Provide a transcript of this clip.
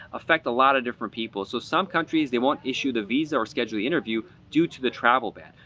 affect a lot of different people. so some countries, they won't issue the visa or schedule the interview due to the travel ban.